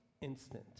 instant